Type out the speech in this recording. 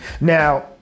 Now